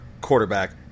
quarterback